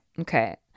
Okay